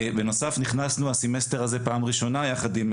בנוסף, נכנסנו הסמסטר הזה פעם ראשונה, יחד עם